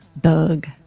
doug